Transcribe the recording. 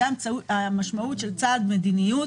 זו המשמעות של צעד מדיניות